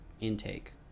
intake